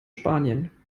spanien